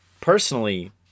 personally